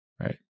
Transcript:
Right